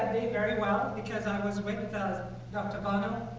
very well, because i was with dr. bano.